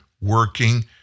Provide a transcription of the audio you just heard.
working